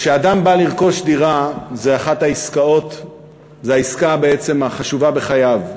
כשאדם בא לרכוש דירה, זו העסקה החשובה בחייו.